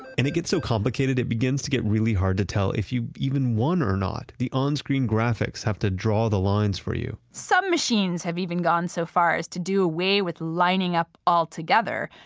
and it gets so complicated that it begins to get really hard to tell if you even won or not. the onscreen graphics have to draw the lines for you some machines have even gone so far as to do away with lining up altogether.